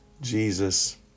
Jesus